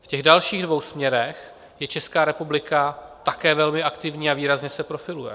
V těch dalších dvou směrech je Česká republika také velmi aktivní a výrazně se profiluje.